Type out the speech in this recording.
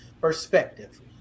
perspective